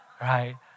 right